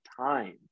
time